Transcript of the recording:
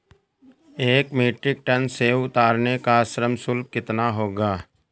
एक metric ton सेव उतारने का श्रम शुल्क कितना होगा?